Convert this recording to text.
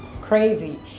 crazy